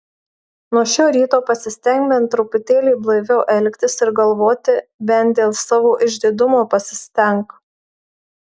nuo šio ryto pasistenk bent truputėlį blaiviau elgtis ir galvoti bent dėl savo išdidumo pasistenk